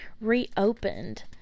reopened